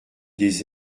des